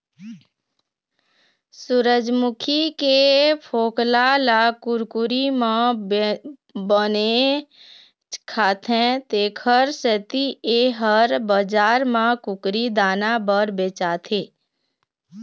सूरजमूखी के फोकला ल कुकरी मन बनेच खाथे तेखर सेती ए ह बजार म कुकरी दाना बर बेचाथे